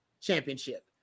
championship